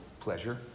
pleasure